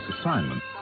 assignment